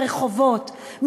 ברחובות.